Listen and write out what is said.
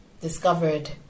Discovered